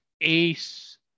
ace